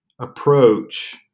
approach